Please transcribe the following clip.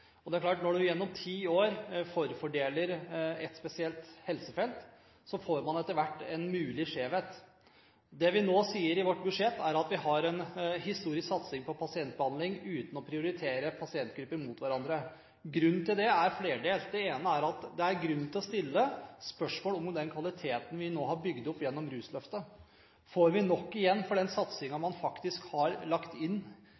somatikken. Det er klart at når man gjennom ti år forfordeler et spesielt helsefelt, får man etter hvert en mulig skjevhet. Det vi nå sier i vårt budsjett, er at vi har en historisk satsing på pasientbehandling uten å prioritere pasientgrupper foran andre. Grunnen til det er flerdelt. Det ene er at det er grunn til å stille spørsmål ved den kvaliteten vi har bygd opp gjennom rusløftet. Får man nok igjen for den satsingen man faktisk har lagt inn